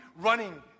running